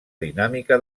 dinàmica